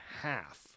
half